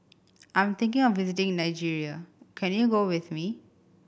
I'm thinking of visiting Nigeria can you go with me